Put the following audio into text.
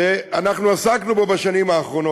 שאנחנו עסקנו בו בשנים האחרונות,